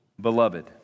Beloved